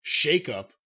shakeup